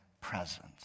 presence